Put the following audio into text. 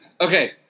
Okay